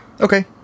Okay